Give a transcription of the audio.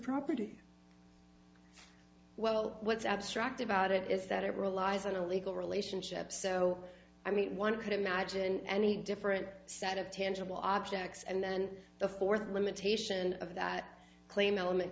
property well what's abstract about it is that it relies on a legal relationship so i mean one could imagine any different set of tangible objects and then the fourth limitation of that claim element